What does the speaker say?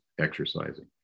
exercising